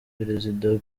perezida